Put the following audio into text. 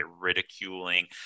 ridiculing